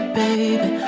baby